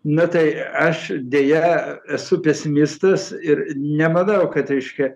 na tai aš deja esu pesimistas ir nemanau kad reiškia